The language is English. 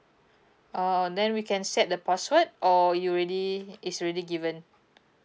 uh then we can set the password or you already is already given